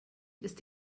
ist